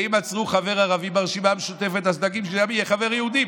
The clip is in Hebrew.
ואם עצרו חבר ערבי מהרשימה המשותפת אז דואגים שגם יהיה חבר יהודי,